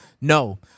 No